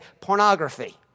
pornography